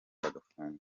bagafungwa